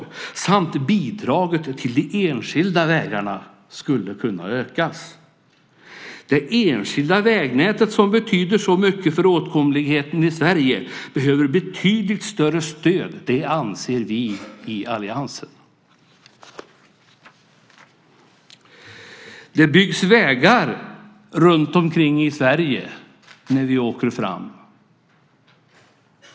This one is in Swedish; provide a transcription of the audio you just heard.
Dessutom skulle bidraget till de enskilda vägarna kunna ökas. Det enskilda vägnätet som betyder så mycket för åtkomligheten i Sverige behöver betydligt större stöd, anser vi i alliansen. Det byggs vägar runtomkring i Sverige när vi åker fram.